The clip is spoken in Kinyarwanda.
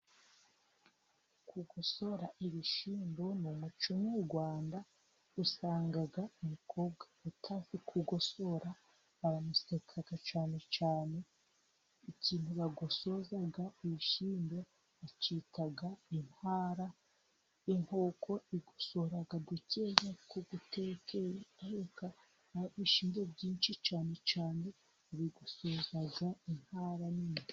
Kugosora ibishyimbo ni umuco nyarwanda, usanga umukobwa utazi kugosora baramuseka cyane cyane, ikintu bagosoza ibishyimbo bacyita inta ,inkoko igosora duke two guteka, ariko ibyishimo byinshi cyane cyane bigusoza intara nini.